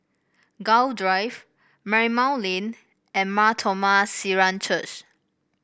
Gul Drive Marymount Lane and Mar Thoma Syrian Church